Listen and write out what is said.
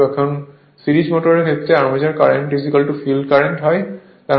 এখন সিরিজ মোটরের ক্ষেত্রে আর্মেচার কারেন্ট ফিল্ড কারেন্ট হয়